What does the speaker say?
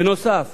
בנוסף